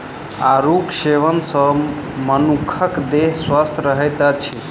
आड़ूक सेवन सॅ मनुखक देह स्वस्थ रहैत अछि